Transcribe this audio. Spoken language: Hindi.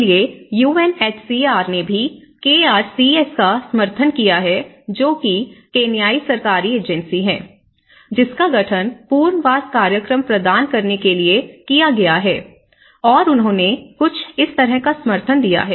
इसलिएयू एन एस सी आर ने भी के आर सी एस का समर्थन किया है जो की केन्याई सरकारी एजेंसी है जिसका गठन पुनर्वास कार्यक्रम प्रदान करने के लिए किया गया है और उन्होंने कुछ इस तरह का समर्थन दिया है